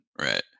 Right